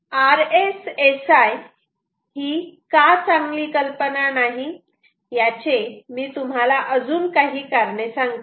RSSI ही का चांगली कल्पना नाही याचे मी तुम्हाला अजून काही कारणे सांगतो